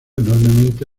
enormemente